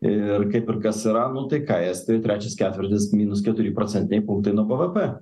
ir kaip ir kas yra nu tai ką estijoj trečias ketvirtis minus keturi procentiniai punktai nuo bvp